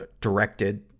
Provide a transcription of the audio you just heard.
directed